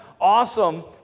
awesome